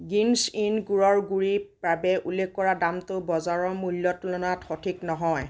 গ্ৰীণ্জ ইন গুৰৰ গুড়িৰ বাবে উল্লেখ কৰা দামটো বজাৰ মূল্যৰ তুলনাত সঠিক নহয়